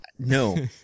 No